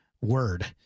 word